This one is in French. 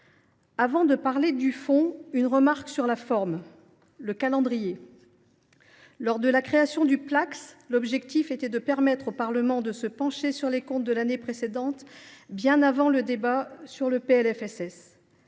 Avant de parler du fond, je veux faire une remarque sur la forme, sur le calendrier. Lors de la création du Placss, l’objectif était de permettre au Parlement de se pencher sur les comptes de l’année précédente, bien avant le débat sur le projet